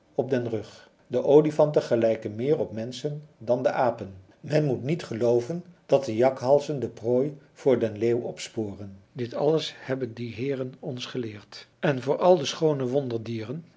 op den rug de olifanten gelijken meer op menschen dan de apen men moet niet gelooven dat de jakhalzen de prooi voor den leeuw opsporen dit alles hebben die heeren ons geleerd en voor al de schoone wonderdieren die